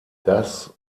das